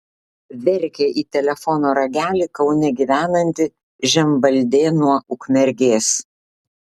verkė į telefono ragelį kaune gyvenanti žemvaldė nuo ukmergės